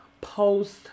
post